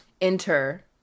enter